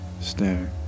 stare